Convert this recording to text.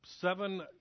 seven